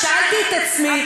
שאלתי את עצמי,